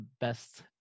best